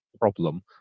problem